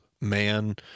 man